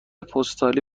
پستالی